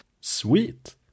Sweet